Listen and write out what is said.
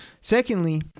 Secondly